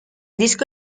disco